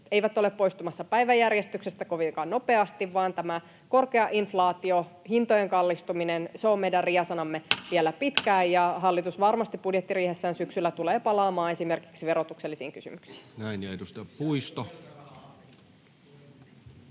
eivät ole poistumassa päiväjärjestyksestä kovinkaan nopeasti, vaan tämä korkea inflaatio, hintojen kallistuminen, on meidän riesanamme vielä pitkään, ja hallitus varmasti budjettiriihessään syksyllä tulee palaamaan esimerkiksi verotuksellisiin kysymyksiin. Näin. — Edustaja Puisto.